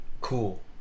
cool